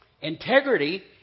Integrity